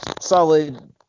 solid